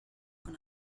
con